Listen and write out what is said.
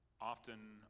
Often